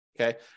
Okay